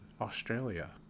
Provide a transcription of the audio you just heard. Australia